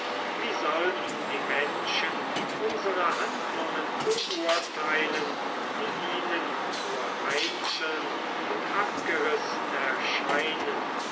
wie sollten die menschen unsere handlungen beurteilen die ihnen nur einzeln und abgerissen erscheinen